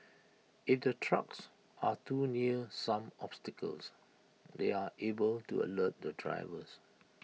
if the trucks are too near some obstacles they are able to alert the drivers